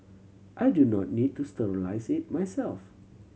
I do not need to sterilise it myself